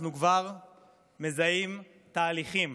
אנחנו כבר מזהים תהליכים